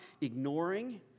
ignoring